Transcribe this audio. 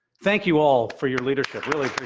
thank you, all, for your leadership, really